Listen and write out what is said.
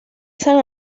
san